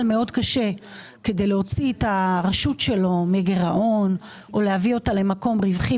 מאוד קשה כדי להוציא את הרשות שלו מגירעון או להביא אותה למקום רווחי,